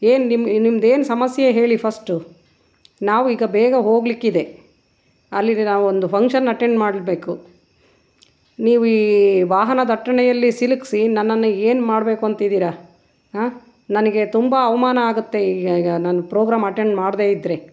ಏನು ನಿಮ್ಮ ನಿಮ್ದು ಏನು ಸಮಸ್ಯೆ ಹೇಳಿ ಫಸ್ಟು ನಾವು ಈಗ ಬೇಗ ಹೋಗಲಿಕ್ಕಿದೆ ಅಲ್ಲಿಗೆ ಈಗ ನಾವೊಂದು ಫಂಕ್ಷನ್ ಅಟೆಂಡ್ ಮಾಡಬೇಕು ನೀವು ಈ ವಾಹನ ದಟ್ಟಣೆಯಲ್ಲಿ ಸಿಲುಕಿಸಿ ನನ್ನನ್ನು ಏನು ಮಾಡಬೇಕು ಅಂತಿದ್ದೀರ ಆಂ ನನಗೆ ತುಂಬ ಅವಮಾನ ಆಗುತ್ತೆ ಈಗ ಈಗ ನಾನು ಪ್ರೋಗ್ರಾಮ್ ಅಟೆಂಡ್ ಮಾಡದೇ ಇದ್ದರೆ